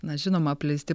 na žinoma apleisti